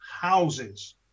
houses